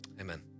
amen